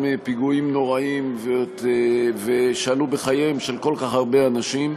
פיגועים נוראים שעלו בחייהם של כל כך הרבה אנשים.